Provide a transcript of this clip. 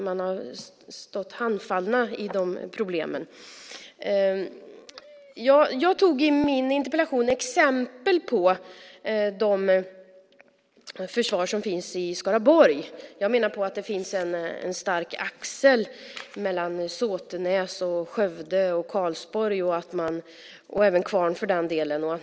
Man har stått handfallen i fråga om dessa problem. Jag tog i min interpellation upp exempel på det försvar som finns i Skaraborg. Jag menar att det finns en stark axel mellan Såtenäs, Skövde och Karlsborg och även Kvarn för den delen.